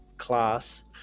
class